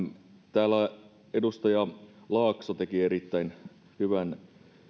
täällä edustaja laakso teki erittäin hyvän